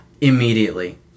Immediately